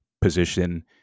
position